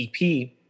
EP